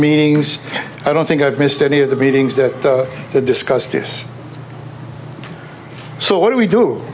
meetings i don't think i've missed any of the meetings that discuss this so what do we do